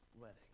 wedding